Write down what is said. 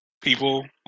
people